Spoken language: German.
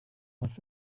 was